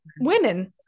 women